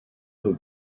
who